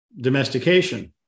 domestication